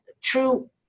true